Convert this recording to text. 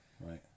Right